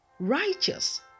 righteous